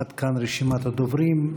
עד כאן רשימת הדוברים.